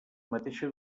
mateixa